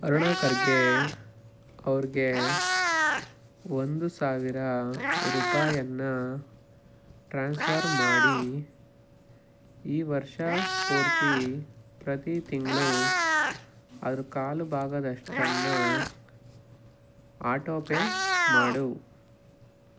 ಅರುಣಾ ಖರ್ಗೆ ಅವ್ರಿಗೆ ಒಂದು ಸಾವಿರ ರೂಪಾಯಿಯನ್ನ ಟ್ರಾನ್ಸ್ಫರ್ ಮಾಡಿ ಈ ವರ್ಷ ಪೂರ್ತಿ ಪ್ರತಿ ತಿಂಗಳೂ ಅದರ ಕಾಲು ಭಾಗದಷ್ಟನ್ನು ಆಟೋಪೇ ಮಾಡು